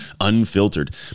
unfiltered